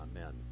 Amen